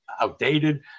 outdated